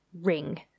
Ring